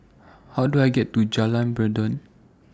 How Do I get to Jalan Peradun